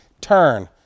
turn